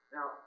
Now